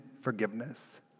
forgiveness